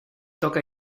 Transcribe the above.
toca